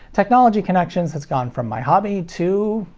technology connections has gone from my hobby to,